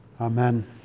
amen